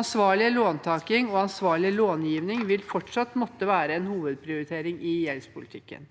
Ansvarlig låntaking og ansvarlig långivning vil fortsatt måtte være en hovedprioritering i gjeldspolitikken.